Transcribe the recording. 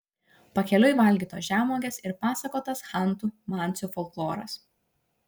pakeliui valgytos žemuogės ir pasakotas chantų mansių folkloras